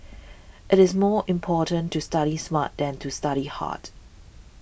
it is more important to study smart than to study hard